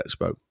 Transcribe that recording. Expo